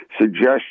suggestion